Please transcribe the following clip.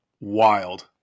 wild